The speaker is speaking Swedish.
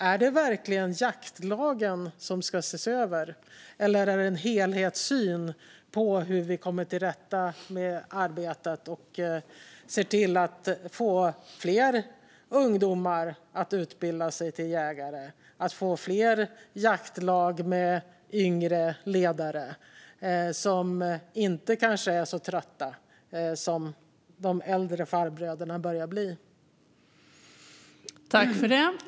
Är det verkligen jaktlagen som ska ses över, eller krävs det en helhetssyn på hur vi kommer till rätta med arbetet och ser till att få fler ungdomar att utbilda sig till jägare och att få fler jaktlag med yngre ledare, som kanske inte är så trötta som de äldre farbröderna börjar bli?